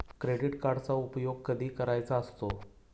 Credit कार्डचा उपयोग कधी करायचा असतो?